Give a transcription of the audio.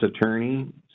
attorney